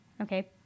Okay